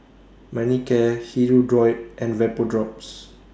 Manicare Hirudoid and Vapodrops